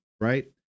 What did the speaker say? right